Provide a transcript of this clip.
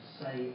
say